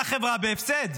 אתה חברה בהפסד.